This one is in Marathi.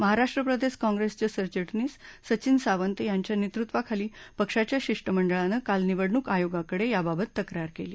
महाराष्ट्र प्रदेश काँग्रेसचे सरचिटणीस सचीन सावंत यांच्या नेतृत्वाखाली पक्षाच्या शिष्टमंडळानं काल निवडणूक आयोगाकडे याबाबत तक्रार केली